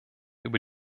über